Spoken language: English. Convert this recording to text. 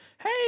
hey